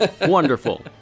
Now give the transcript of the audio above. Wonderful